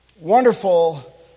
wonderful